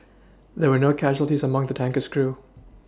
there were no casualties among the tanker's crew